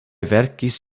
verkis